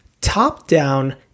top-down